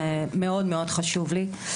זה מאוד מאוד חשוב לי.